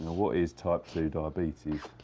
what is type two diabetes?